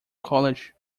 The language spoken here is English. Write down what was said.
college